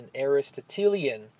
Aristotelian